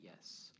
yes